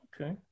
Okay